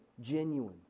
genuine